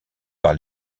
par